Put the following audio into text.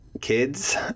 Kids